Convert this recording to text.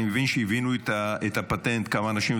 אני מבין שהבינו את הפטנט כמה אנשים,